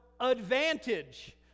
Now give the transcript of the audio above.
Advantage